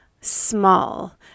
small